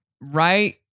right